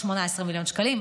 18 מיליון שקלים.